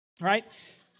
right